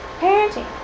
Parenting